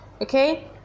okay